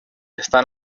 están